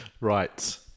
Right